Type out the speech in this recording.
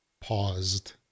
paused